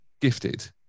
gifted